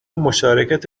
مشارکت